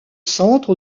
centre